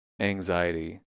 anxiety